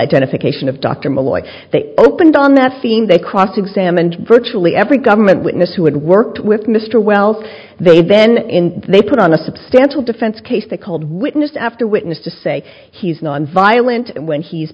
identification of dr malloy they opened on that scene they cross examined virtually every government witness who had worked with mr wells they then they put on a substantial defense case they called witness after witness to say he's nonviolent when he's